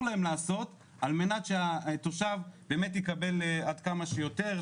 להם לעשות על מנת שהתושב באמת יקבל עד כמה שיותר,